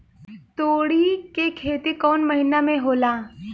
तोड़ी के खेती कउन महीना में होला?